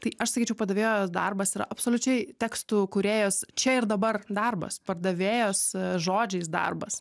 tai aš sakyčiau padavėjo darbas yra absoliučiai tekstų kūrėjos čia ir dabar darbas pardavėjos žodžiais darbas